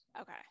Okay